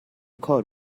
کار